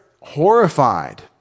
horrified